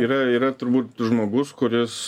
yra yra turbūt žmogus kuris